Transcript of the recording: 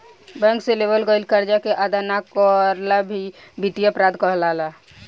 bank से लेवल गईल करजा के अदा ना करल भी बित्तीय अपराध कहलाला